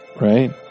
right